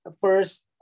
first